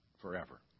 forever